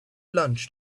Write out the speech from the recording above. lunch